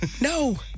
No